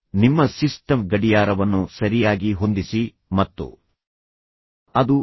ನಿಮ್ಮ ಸಿಸ್ಟಮ್ ಗಡಿಯಾರವನ್ನು ಸರಿಯಾಗಿ ಹೊಂದಿಸಿ ಮತ್ತು ಅದು ಎ